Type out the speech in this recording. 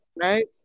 right